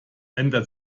ändert